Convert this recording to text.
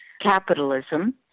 capitalism